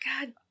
God